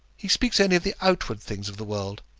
he speaks only of the outward things of the world.